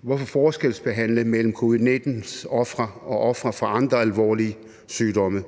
Hvorfor forskelsbehandle mellem ofre for covid-19 og ofre for andre alvorlige sygdomme?